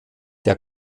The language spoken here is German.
der